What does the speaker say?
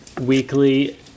weekly